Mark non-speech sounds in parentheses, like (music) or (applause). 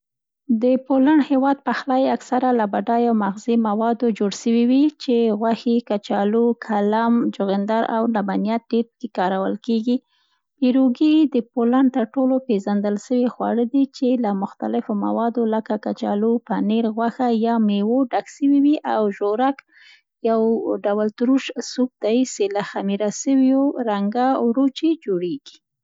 د پولنډ هېواد پخلي اکثره له بډایو مغذي موادو جوړ سوی وي، چې غوښې، کچالو، کلم، چغندر او لبنیات ډېر پکې کارول کېږي. (noise) پیروګي د پولنډ تر ټولو پېزندل سوي خواړه دی، چي له مختلفو موادو، لکه: کچالو، پنیر، غوښه، یا مېوو ډک سوي وي او ژورک یو ډول ترش سوپ دی، سي، له خمېر سويو رنګه اوړه چې جوړېږي.